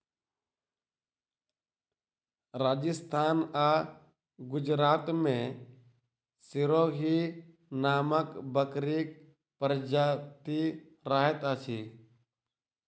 राजस्थान आ गुजरात मे सिरोही नामक बकरीक प्रजाति रहैत अछि